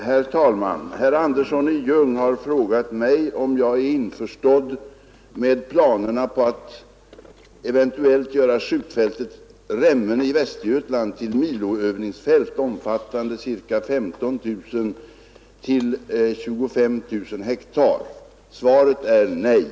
Herr talman! Herr Andersson i Ljung har frågat mig om jag är införstådd med planerna på att eventuellt göra skjutfältet Remmene i Västergötland till miloövningsfält omfattande ca 15 000—25 000 ha. Svaret är nej.